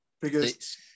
because-